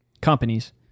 companies